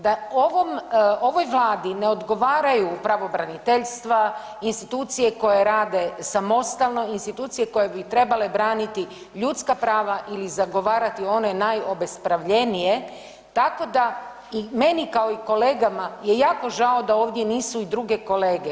Da ovom, ovoj Vladi ne odgovaraju pravobraniteljstva, institucije koje rade samostalno, institucije koje bi trebale braniti ljudska prava ili zagovarati one najobespravljenije, tako da, meni kao i kolegama je jako žao da ovdje nisu i druge kolege.